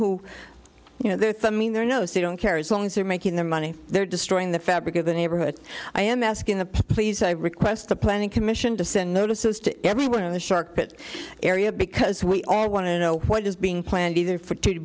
who you know they're thumbing their nose they don't care as long as they're making them money they're destroying the fabric of the neighborhood i am asking the please i request the planning commission to send notices to everyone in the shark that area because we all want to know what is being planned either for to